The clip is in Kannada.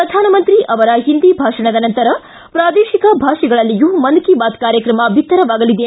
ಪ್ರಧಾನಮಂತ್ರಿ ಅವರ ಹಿಂದಿ ಭಾಷಣದ ನಂತರ ಪ್ರಾದೇಶಿಕ ಭಾಷೆಗಳಲ್ಲಿಯೂ ಮನ್ ಕಿ ಬಾತ್ ಕಾರ್ಯಕ್ರಮ ಬಿತ್ತರವಾಗಲಿದೆ